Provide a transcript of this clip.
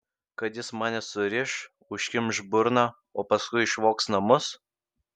kad jis mane suriš užkimš burną o paskui išvogs namus